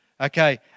okay